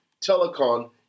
Telecom